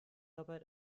arbeit